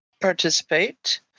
participate